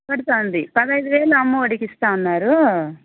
పడుతుంది పదహైదు వేలు అమ్మ ఒడికి ఇస్తు ఉన్నారు